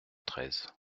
treize